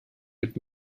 wird